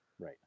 right